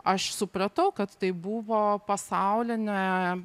aš supratau kad tai buvo pasaulinė